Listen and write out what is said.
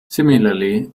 similarly